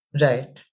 Right